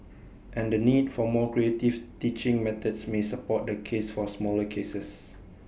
and the need for more creative teaching methods may support the case for smaller classes